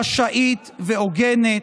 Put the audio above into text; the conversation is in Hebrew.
חשאית והוגנת,